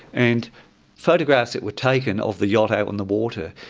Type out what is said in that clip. and photographs that were taken of the yacht out on the water,